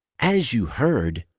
as you heard,